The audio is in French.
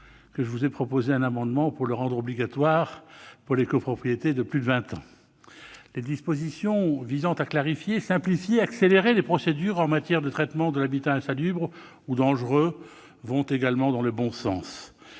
je proposerai un amendement tendant à le rendre obligatoire pour les copropriétés de plus de vingt ans. Les dispositions visant à clarifier, simplifier et accélérer les procédures en matière de traitement de l'habitat insalubre ou dangereux vont également dans le bon sens.